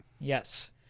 Yes